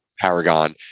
Paragon